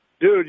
Dude